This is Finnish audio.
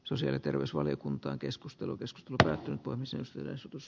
sosiaali terveysvaliokunta keskustelu viskltä poimisi jos esitys